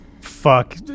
Fuck